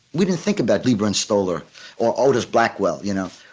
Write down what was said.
we didn't think about lieber and stoller or artist. blackwell. you know,